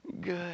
Good